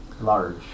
large